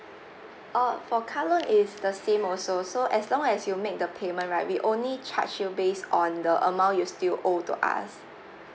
uh for car loan is the same also so as long as you make the payment right we only charge you based on the amount you still owe to us